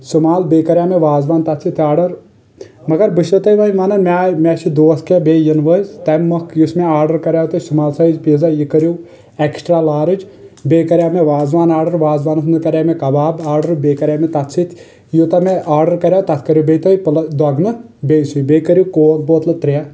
small بییٚہِ کریاو مےٚ وازوان تتھ سۭتۍ آڈر مگر بہٕ چھِ سو تۄہہ وۄنۍ ونان مےٚ آے مےٚ چھِ دوس کینٛہہ بییٚہِ یِنہٕ وٲلۍ تمہِ مۄکھ یُس مےٚ آڈر کریاو تُۄہہِ سُمال سایز پیٖزا یہِ کٔرِو ایٚکسٹرا لارٕج بییٚہِ کریاو مےٚ وازوان آڈر وازوانس منٛز کریاے مےٚ کباب آڈ ر بییٚہِ کریاو مےٚ تتھ سۭتۍ یوٗتاہ مےٚ آڈر کریاو تتھ کریو بییٚہِ تُہۍ پلس دۄگنہٕ بییٚہِ سُہ بییٚہِ کٔرِو کوک بٲتٕلہٕ ترٛےٚ